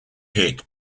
hit